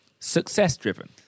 Success-driven